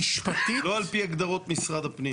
לא על פי הגדרות משרד הפנים.